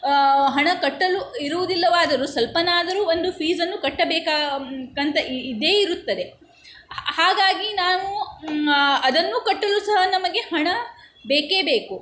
ಹಣ ಕಟ್ಟಲು ಇರುವುದಿಲ್ಲವಾದರೂ ಸ್ವಲ್ಪನಾದರೂ ಒಂದು ಫೀಸನ್ನು ಕಟ್ಟಬೇಕಾಮ್ ಕಂತ ಇದ್ದೇ ಇರುತ್ತದೆ ಹಾಗಾಗಿ ನಾವು ಅದನ್ನು ಕಟ್ಟಲೂ ಸಹ ನಮಗೆ ಹಣ ಬೇಕೇ ಬೇಕು